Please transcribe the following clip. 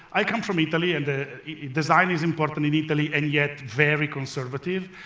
i come from italy, and the design is important in italy, and yet very conservative.